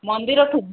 ମନ୍ଦିରଠୁ